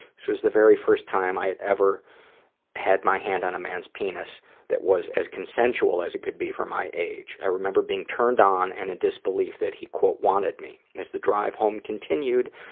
so the very first time i had ever had my hand on a mans penis that was as consensual as it could be for my age. i remember being turned on, and in disbelief that he wanted me. as the drive home continued,